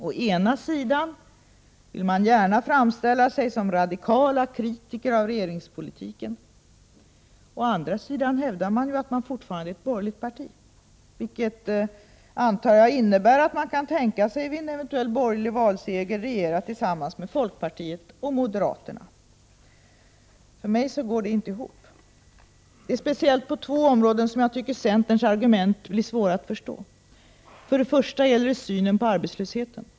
Å ena sidan vill man gärna framställa sig som radikala kritiker av regeringspolitiken, å andra sidan hävdar man ju fortfarande att man är ett borgerligt parti, vilket — antar jag — innebär att man kan tänka sig att vid en eventuell borgerlig valseger regera tillsammans med folkpartiet och moderaterna. För mig går det här inte ihop. Det är speciellt på två områden som jag tycker centerns argumentation är svår att förstå. Först gäller det synen på arbetslösheten.